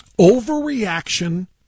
Overreaction